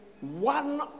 One